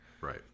Right